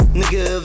nigga